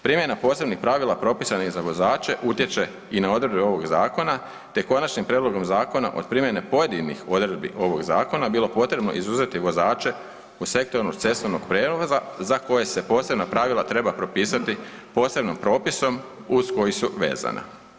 Primjena propisanih pravila propisana je i za vozače utječe i na odredbe ovog zakona te konačnim prijedlogom od primjene pojedinih odredbi ovog zakona bilo potrebno izuzeti vozače od sektornog cestovnog prijevoza za koje se posebna pravila treba propisati posebnom propisom uz koji su vezana.